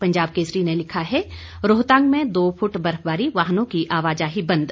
पंजाब केसरी ने लिखा है रोहतांग मे दो फुट बर्फबारी वाहनों की आवाजाही बंद